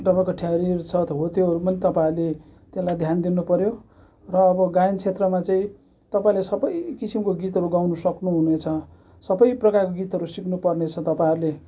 तपाईँको ठेहेरीहरू छ हो त्योहरू पनि तपाईँहरूले त्यसलाई ध्यान दिनुपऱ्यो र अब गायन क्षेत्रमा चाहिँ तपाईँले सबै किसिमको गीतहरू गाउन सक्नु हुनेछ सबै प्रकारको गीतहरू सिक्नुपर्ने छ तपाईँहरूले